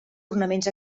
ornaments